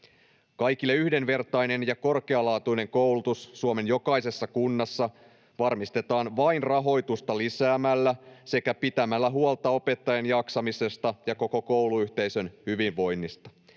Kaikille yhdenvertainen ja korkealaatuinen koulutus Suomen jokaisessa kunnassa varmistetaan vain rahoitusta lisäämällä sekä pitämällä huolta opettajien jaksamisesta ja koko kouluyhteisön hyvinvoinnista.